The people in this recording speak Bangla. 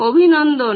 অভিনন্দন